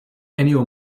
ennio